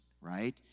right